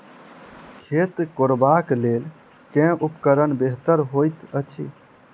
खेत कोरबाक लेल केँ उपकरण बेहतर होइत अछि?